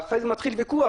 ואכן, מתחיל ויכוח.